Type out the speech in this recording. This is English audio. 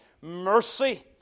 mercy